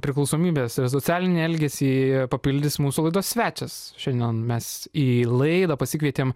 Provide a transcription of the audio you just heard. priklausomybes ir socialinį elgesį papildys mūsų laidos svečias šiandien mes į laidą pasikvietėm